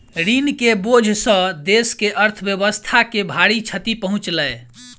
ऋण के बोझ सॅ देस के अर्थव्यवस्था के भारी क्षति पहुँचलै